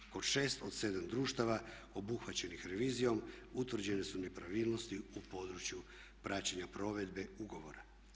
Kod 6 od 7 društava obuhvaćenih revizijom utvrđene su nepravilnosti u području praćenja provedbe ugovora.